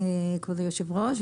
כבוד היושב-ראש,